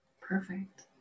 Perfect